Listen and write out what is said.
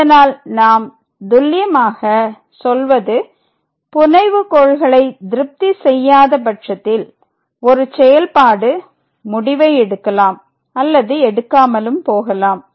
இதனால் நாம் துல்லியமாக சொல்வது புனைவுகோள்களை திருப்தி செய்யாத பட்சத்தில் ஒரு செயல்பாடு முடிவை எடுக்கலாம் அல்லது எடுக்காமலும் போகலாம்